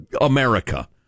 America